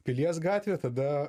pilies gatvė tada